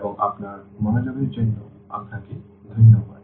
এবং আপনার মনোযোগের জন্য আপনাকে ধন্যবাদ